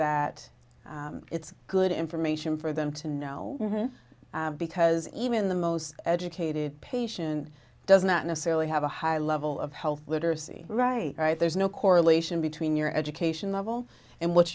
that it's good information for them to know because even the most educated patient does not necessarily have a high level of health literacy right right there's no correlation between your education level and what